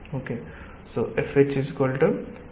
dl